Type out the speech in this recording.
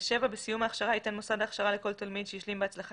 " בסיום ההכשרה ייתן מוסד ההכשרה לכל תלמיד שהשלים בהצלחה